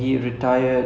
okay